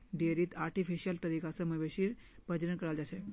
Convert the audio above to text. डेयरीत आर्टिफिशियल तरीका स मवेशी प्रजनन कराल जाछेक